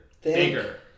Bigger